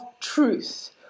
truth